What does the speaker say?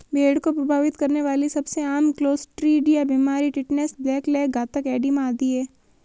भेड़ को प्रभावित करने वाली सबसे आम क्लोस्ट्रीडिया बीमारियां टिटनेस, ब्लैक लेग, घातक एडिमा आदि है